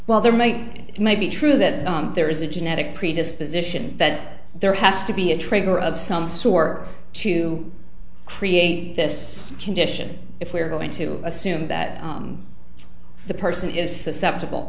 while there might it may be true that there is a genetic predisposition that there has to be a trigger of some sort to create this condition if we're going to assume that the person is susceptible